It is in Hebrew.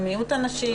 זה מיעוט הנשים?